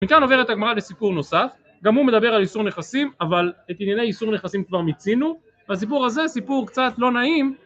מכאן עוברת הגמרא לסיפור נוסף, גם הוא מדבר על איסור נכסים אבל את ענייני איסור נכסים כבר מיצינו, והסיפור הזה סיפור קצת לא נעים